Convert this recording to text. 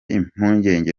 impungenge